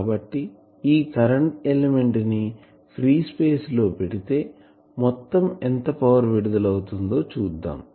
కాబట్టి ఈ current element ని ఫ్రీ స్పేస్ లో పెడితే మొత్తం ఎంత పవర్ విడుదల అవుతుందో చూద్దాం